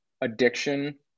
addiction